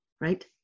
right